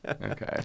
Okay